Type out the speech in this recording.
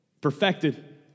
Perfected